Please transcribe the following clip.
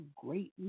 great